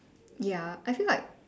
ya I feel like